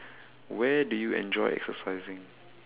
where do you enjoy exercising